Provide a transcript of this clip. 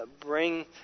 bring